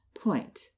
Point